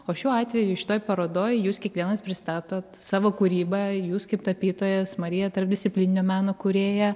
o šiuo atveju šitoj parodoj jūs kiekvienas pristatot savo kūrybą jūs kaip tapytojas marija tarpdisciplininio meno kūrėja